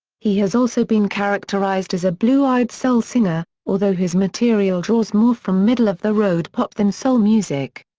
he has also been characterized as a blue-eyed soul singer, although his material draws more from middle-of-the-road pop than soul music.